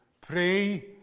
pray